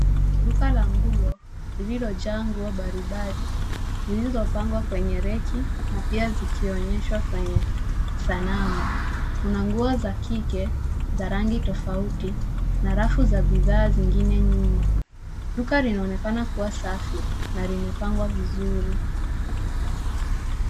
Duka la nguo, lililojaa nguo mbalimbali, zilizopangwa kwenye reki na pia zikionyeshwa kwenye sanamu. Kuna nguo za kike, za rangi tofauti, na rafu za bidhaa zingine nyuma. Duka linaonekana kuwa safi na limepangwa vizuri.